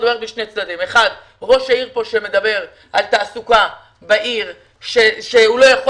ראש העיר מדבר על תעסוקה בעיר ואומר שהוא לא יכול